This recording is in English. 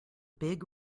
big